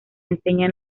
enseña